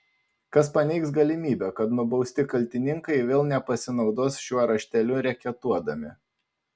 kas paneigs galimybę kad nubausti kaltininkai vėl nepasinaudos šiuo rašteliu reketuodami